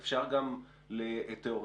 תיאורטית,